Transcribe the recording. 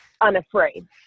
unafraid